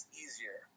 easier